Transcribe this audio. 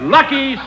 Lucky